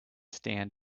stand